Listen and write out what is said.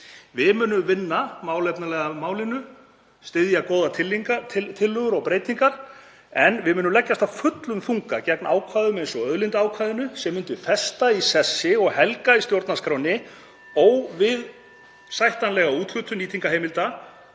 Við munum vinna málefnalega að málinu, styðja góðar tillögur og breytingar, en við munum leggjast af fullum þunga gegn ákvæðum eins og auðlindaákvæðinu sem myndu festa í sessi og helga í stjórnarskránni óásættanlega úthlutun nýtingarheimilda,